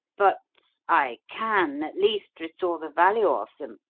but i can, at least, restore the value of them,